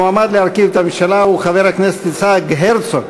המועמד להרכיב את הממשלה הוא חבר הכנסת יצחק הרצוג.